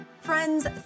friends